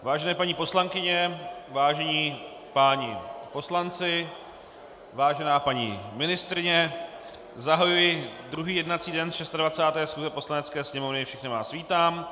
Vážené paní poslankyně, vážení páni poslanci, vážená paní ministryně, zahajuji druhý jednací den 26. schůze Poslanecké sněmovny a všechny vás vítám.